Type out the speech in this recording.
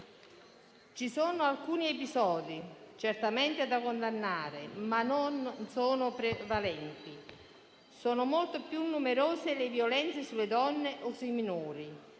Ci sono alcuni episodi, certamente da condannare - ma non sono prevalenti: sono molto più numerose le violenze sulle donne o sui minori,